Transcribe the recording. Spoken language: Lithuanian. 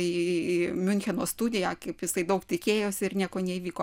į miuncheno studiją kaip jisai daug tikėjosi ir nieko neįvyko